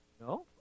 No